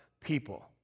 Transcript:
people